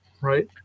right